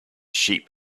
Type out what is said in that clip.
sheep